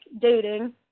dating